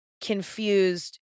confused